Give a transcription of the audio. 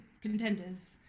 contenders